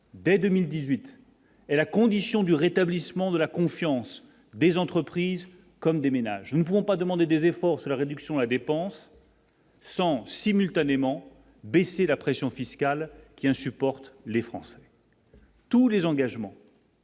dès 2018 est la condition du rétablissement de la confiance des entreprises comme des ménages ne pourront pas demander des efforts, c'est la réduction de la dépense sans simultanément baisser la pression fiscale qui insupporte les Français. Tous les engagements.